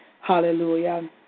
Hallelujah